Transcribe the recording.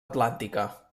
atlàntica